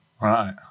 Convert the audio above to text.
Right